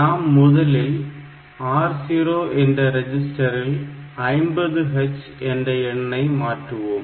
நாம் முதலில் R0 என்ற ரிஜிஸ்டரில் 50h என்ற எண்ணை மாற்றுவோம்